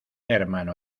hermano